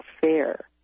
fair